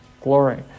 glory